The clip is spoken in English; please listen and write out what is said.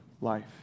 life